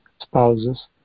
spouses